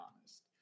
honest